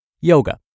Yoga